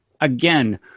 again